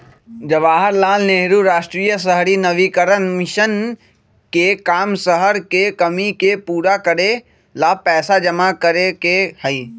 जवाहर लाल नेहरू राष्ट्रीय शहरी नवीकरण मिशन के काम शहर के कमी के पूरा करे ला पैसा जमा करे के हई